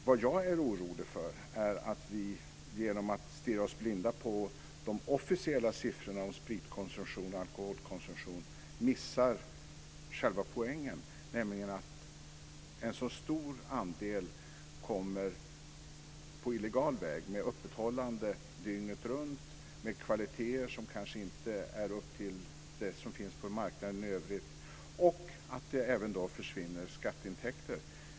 Vad jag är orolig för är att vi genom att stirra oss blinda på de officiella siffrorna över alkoholkonsumtion missar själva poängen, nämligen att en så stor andel tillhandahålls på illegal väg, med öppethållande dygnet runt och kvaliteter som kanske inte är upp till det som finns på marknaden i övrigt. Det försvinner också skatteintäkter.